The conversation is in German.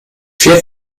vier